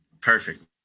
Perfect